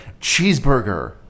cheeseburger